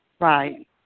Right